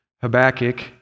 Habakkuk